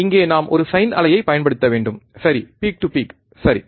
இங்கே நாம் ஒரு சைன் அலையைப் பயன்படுத்த வேண்டும் சரி பீக் டு பீக் சரி